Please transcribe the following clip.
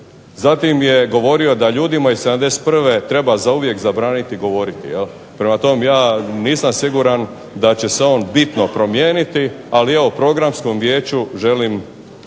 zatim je govorio da ljudima iz '71. treba zauvijek zabraniti govoriti. Prema tome, ja nisam siguran da će se on bitno promijeniti ali evo Programsko vijeće